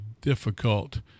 difficult